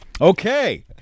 Okay